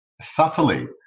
subtly